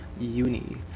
Uni